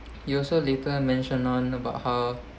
you also later mention on about how